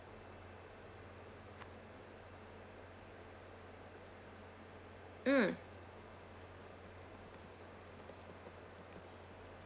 mm